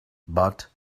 but